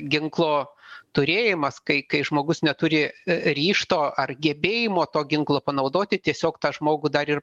ginklo turėjimas kai kai žmogus neturi ryžto ar gebėjimo to ginklo panaudoti tiesiog tą žmogų dar ir